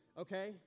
Okay